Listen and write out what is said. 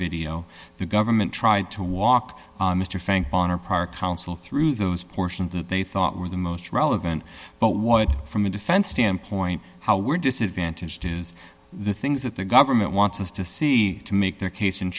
video the government tried to walk mr bonner park counsel through those portions that they thought were the most relevant but what from a defense standpoint how we're disadvantaged is the things that the government wants us to see to make their case in